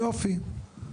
יופי.